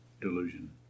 Delusion